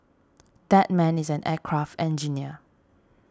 that man is an aircraft engineer